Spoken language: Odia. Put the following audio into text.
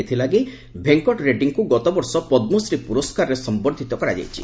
ଏଥିଲାଗି ଭେଙ୍କଟ ରେଡ୍ଭୀଙ୍କୁ ଗତବର୍ଷ ପଦ୍ମଶ୍ରୀ ପୁରସ୍କାରରେ ସମ୍ବର୍ଦ୍ଧିତ କରାଯାଇଛି